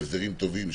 והסדרים טובים,